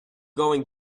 going